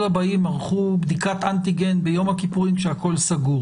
הבאים ערכו בדיקת אנטיגן ביום הכיפורים כשהכול סגור,